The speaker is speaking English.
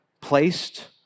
placed